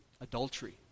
adultery